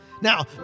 Now